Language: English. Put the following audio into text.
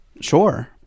sure